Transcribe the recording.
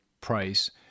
price